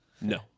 no